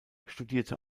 studierte